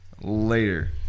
later